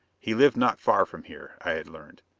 he lived not far from here, i had learned.